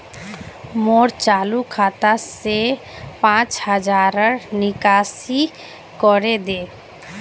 मोर चालु खाता से पांच हज़ारर निकासी करे दे